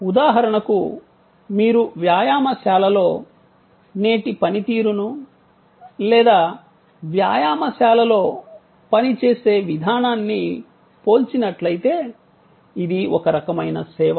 ఉదాహరణకు మీరు వ్యాయామశాలలో నేటి పనితీరును లేదా వ్యాయామశాలలో పనిచేసే విధానాన్ని పోల్చినట్లయితే ఇది ఒక రకమైన సేవ